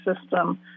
system